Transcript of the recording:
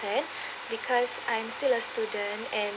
because I'm still a student and